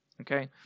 okay